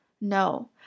No